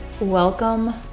Welcome